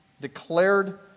declared